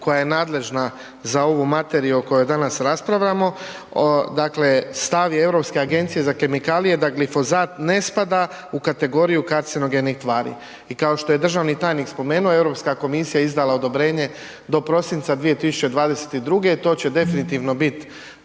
koja je nadležna za ovu materiju o kojoj danas raspravljamo, dakle stav je Europske agencije za kemikalije da glifozat ne spada u kategoriju kancerogenih tvari. I kao što je državni tajnik spomenuo Europska komisija je izdala odobrenje do prosinca 2022.-ge, to će definitivno bit